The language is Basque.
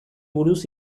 buruz